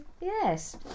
yes